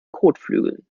kotflügeln